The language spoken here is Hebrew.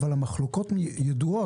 אבל המחלוקות ידועות.